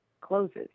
closes